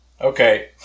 Okay